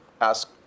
ask